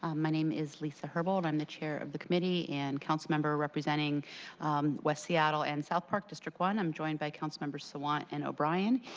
um my name is lisa herbold, i'm the chair of the committee and council member representing west seattle and south park district one. i'm joined by council member sawant and o'brien.